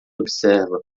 observa